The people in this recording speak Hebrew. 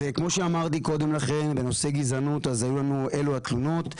כמו שאמרתי קודם לכן, בנושא גזענות אלו התלונות.